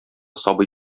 сабый